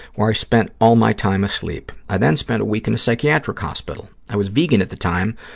where i spent all my time asleep. i then spent a week in a psychiatric hospital. i was vegan at the time,